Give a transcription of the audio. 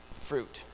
fruit